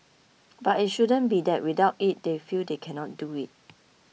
but it shouldn't be that without it they feel they cannot do it